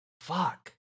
Fuck